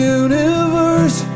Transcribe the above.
universe